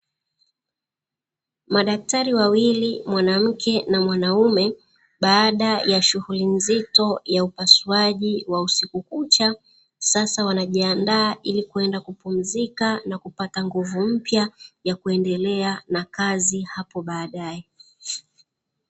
Madaktari wawili mwanamke na mwanaume sas wanajiandaa